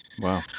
Wow